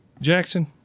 Jackson